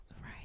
right